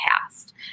past